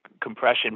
compression